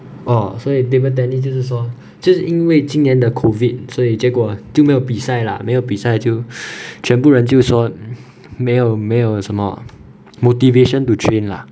哦所以 table tennis 就是说就是因为今年的 COVID 所以结果就没有比赛啦没有比赛就 全部人就说没有没有什么 motivation to train lah